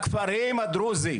לכפרים הדרוזים